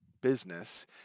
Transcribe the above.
business